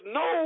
no